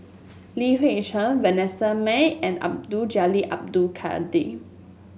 Li Hui Cheng Vanessa Mae and Abdul Jalil Abdul Kadir